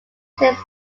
since